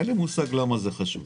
אין לי מושג למה זה חשוב,